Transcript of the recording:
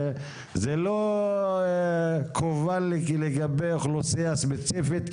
זה לא --- לגבי אוכלוסייה ספציפית,